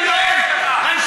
למה אתה לא מקבל אתיופים?